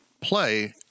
play